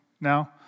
now